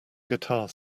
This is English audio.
guitar